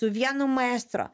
su vienu maestro